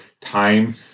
time